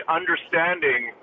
understanding